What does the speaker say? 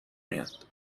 میاد